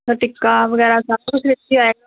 ਮ ਟਿੱਕਾ ਵਗੈਰਾ ਸਾਰਾ ਕੁਛ ਵਿੱਚੇ ਆਵੇਗਾ